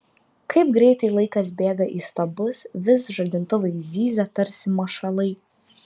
kaip greitai laikas bėga įstabus vis žadintuvai zyzia tarsi mašalai